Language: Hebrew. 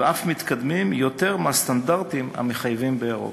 ואף מתקדמים יותר מהסטנדרטים המחייבים באירופה.